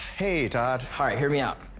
hey, todd. all right, hear me out.